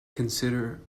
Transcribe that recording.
consider